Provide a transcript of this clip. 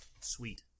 Sweet